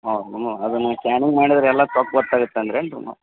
ಹೌದಾ ಅದನ್ನು ಸ್ಕ್ಯಾನಿಂಗ್ ಮಾಡಿದ್ರೆಲ್ಲಾ ತಪ್ಪು ಗೊತ್ತಾಗತ್ತಂದಿರೇನ್ರೀ